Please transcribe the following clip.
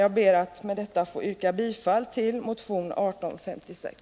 Jag ber att med detta få yrka bifall till motion 1856.